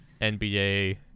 NBA